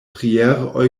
prière